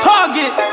Target